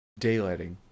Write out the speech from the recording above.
daylighting